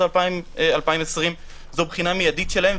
לבחינות 2020 זו בחינה מיידית שלהם,